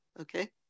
okay